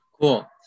Cool